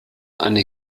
eine